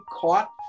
caught